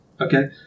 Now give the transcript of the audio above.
Okay